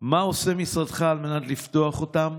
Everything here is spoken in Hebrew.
3. מה עושה משרדך על מנת לפתוח אותם?